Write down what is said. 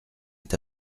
est